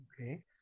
Okay